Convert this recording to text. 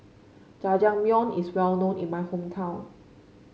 jajangmyeon is well known in my hometown